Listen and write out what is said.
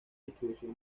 distribución